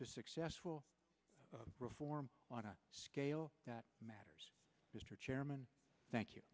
to successful reform on a scale that matters mr chairman thank you